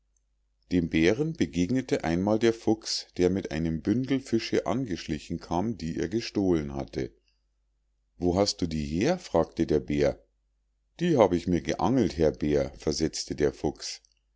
dem bären begegnete einmal der fuchs der mit einem bündel fische angeschlichen kam die er gestohlen hatte wo hast du die her fragte der bär die hab ich mir geangelt herr bär versetzte der fuchs